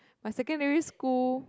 and secondary school